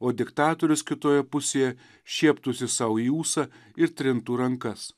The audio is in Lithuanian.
o diktatorius kitoje pusėje šieptųsi sau ūsą ir trintų rankas